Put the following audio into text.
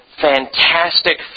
fantastic